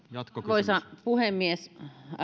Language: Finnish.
arvoisa puhemies